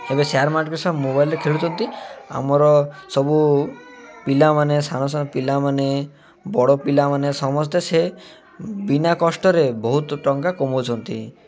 ଏବେ share market ସବୁ ମୋବାଇଲ୍ରେ ଖେଳୁଛନ୍ତି ଆମର ସବୁ ପିଲାମାନେ ସାନ ପିଲାମାନେ ବଡ଼ ପିଲାମାନେ ସମସ୍ତେ ସେ ବିନା କଷ୍ଟରେ ବହୁତ ଟଙ୍କା କମାଉଛନ୍ତି